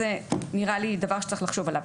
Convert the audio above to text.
זה נראה לי דבר שצריך לחשוב עליו.